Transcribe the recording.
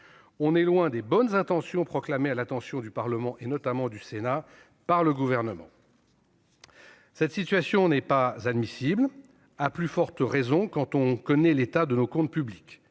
On est loin des bonnes intentions proclamées à l'attention du Parlement, et notamment du Sénat, par le Gouvernement. Cette situation n'est pas admissible, à plus forte raison quand on connaît l'état de nos comptes publics.